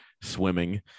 swimming